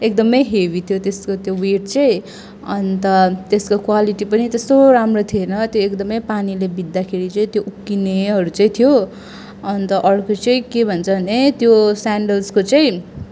एकदमै हेभी त्यसको त्यो वेट चाहिँ अन्त त्यसको क्वालिटी पनि त्यस्तो राम्रो थिएन त्यो एकदमै पानीले भिझ्दाखेरि चाहिँ उप्किनेहरू चाहिँ थियो अन्त अर्को चाहिँ के भन्छ भने त्यो स्यान्डल्सको चाहिँ